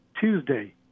Tuesday